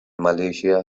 malaysia